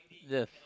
yes